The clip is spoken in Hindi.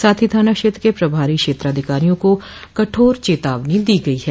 साथ ही थाना क्षेत्र के प्रभारी क्षेत्राधिकारियों को कठोर चेतावनी दी गयी है